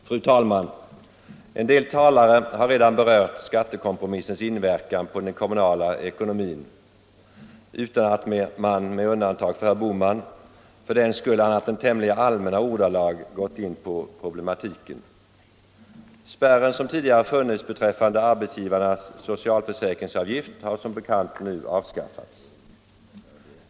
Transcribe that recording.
Fru talman! En del talare har redan berört skattekompromissens inverkan på den kommunala ekonomin, utan att man, med undantag för herr Bohman, för den skull annat än i tämligen allmänna ordalag gått in på problematiken. Spärren som tidigare funnits beträffande arbetsgivarnas socialförsäkringsavgift har som bekant nu avskaffats.